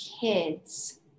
kids